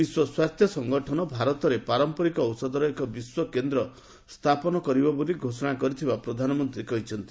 ବିଶ୍ୱ ସ୍ୱାସ୍ଥ୍ୟ ସଂଗଠନ ଭାରତରେ ପାରମ୍ପରିକ ଔଷଧର ଏକ ବିଶ୍ୱ କେନ୍ଦ୍ର ସ୍ଥାପନ କରିବ ବୋଲି ଘୋଷଣା କରିଥିବା ପ୍ରଧାନମନ୍ତ୍ରୀ କହିଛନ୍ତି